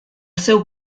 seu